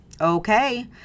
Okay